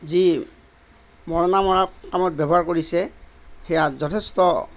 যি মৰণা মৰাৰ কামত ব্যৱহাৰ কৰিছে সেয়া যথেষ্ট